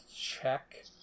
check